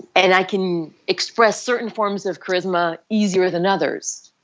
and i can express certain forms of charisma easier than others.